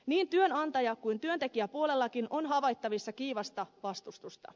niin työnantaja kuin työntekijäpuolellakin on havaittavissa kiivasta vastustusta